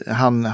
han